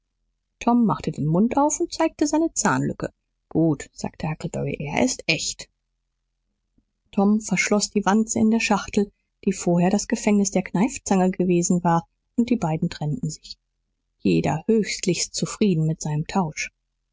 tom machte den mund auf und zeigte seine zahnlücke gut sagte huckleberry er ist echt tom verschloß die wanze in der schachtel die vorher das gefängnis der kneifzange gewesen war und die beiden trennten sich jeder höchlichst zufrieden mit seinem tausch